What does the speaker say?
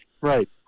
Right